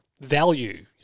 value